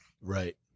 Right